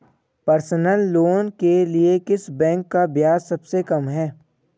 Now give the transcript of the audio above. Personal loan के लिए किस बैंक का ब्याज सबसे कम है?